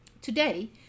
Today